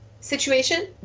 situation